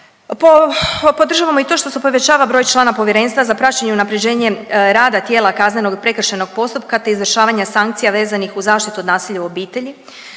Podržavamo i to što se povećava broj člana Povjerenstva za praćenje i unaprjeđenje rada tijela kaznenog i prekršajnog postupka, te izvršavanja sankcija vezanih uz zaštitu od nasilja u obitelji.